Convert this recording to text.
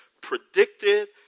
predicted